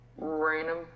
Random